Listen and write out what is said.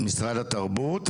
על משרד התרבות,